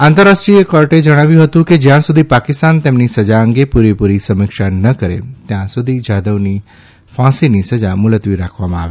આંતરરાષ્ટ્રીય કોર્ટે જણાવ્યું હતું કે ક્યાં સુધી પાકિસ્તાન તેમની સજા અંગે પુરેપુરી સમિક્ષા ન કરે ત્યા સુધી જાદવની ફાંસીની સજા મુલતવી રાખવામાં આવે